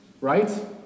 right